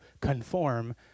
conform